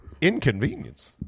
Inconvenience